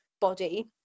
body